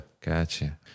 Gotcha